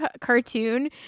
cartoon